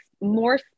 more